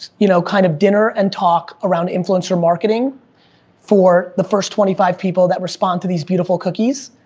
you know kind of dinner and talk around influencer marketing for the first twenty five people that respond to these beautiful cookies.